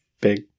big